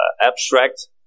abstract